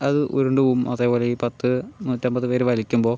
അത് ഉരുണ്ട് പോകും അതേപോലെ ഈ പത്തു നൂറ്റമ്പത് പേർ വലിക്കുമ്പോൾ